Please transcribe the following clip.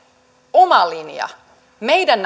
oma linja meidän